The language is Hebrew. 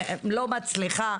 לא מצליחה